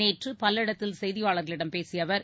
நேற்று பல்லடத்தில் செய்தியாளர்களிடம் பேசிய அவர்